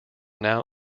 now